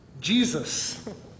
Jesus